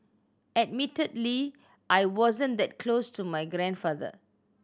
admittedly I wasn't that close to my grandfather